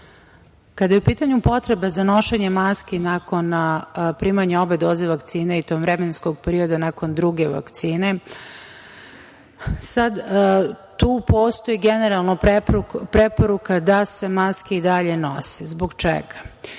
Kada je u pitanju potreba za nošenjem maski nakon primanja obe doze vakcine i tog vremenskog perioda nakon druge vakcine, tu postoji generalno preporuka da se maske i dalje nose. Zbog čega?